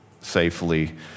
safely